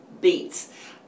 beets